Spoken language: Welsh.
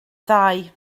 ddau